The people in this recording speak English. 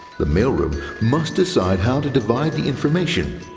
the mailroom must decide how to divide the information,